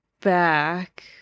back